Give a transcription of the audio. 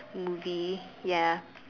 movie ya